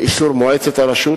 באישור מועצת הרשות,